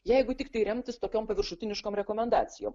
jeigu tiktai remtis tokiom paviršutiniškom rekomendacijom